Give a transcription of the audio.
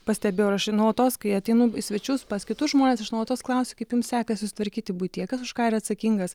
pastebėjau ir aš nuolatos kai ateinu į svečius pas kitus žmones aš nuolatos klausiu kaip jums sekasi susitvarkyti buityje kas už ką yra atsakingas